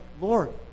Lord